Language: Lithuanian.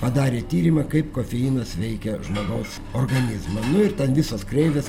padarė tyrimą kaip kofeinas veikia žmogaus organizmą nu ir ten visos kreivės